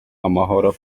amahoro